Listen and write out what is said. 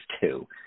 two